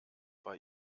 bei